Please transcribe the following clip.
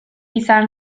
izan